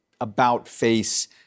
about-face